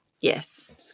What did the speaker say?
yes